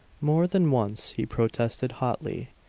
more than once he protested hotly,